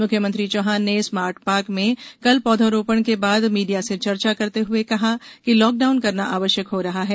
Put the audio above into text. मुख्यमंत्री चौहान ने smart park में कल पौध रोपण के बाद मीडिया से चर्चा करते हुए कहा कि लॉकडाउन करना आवश्यक हो रहा है